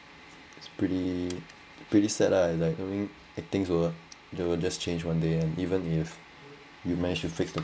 it's pretty pretty sad lah is like I mean I think things will just change one day and even if you managed to fix the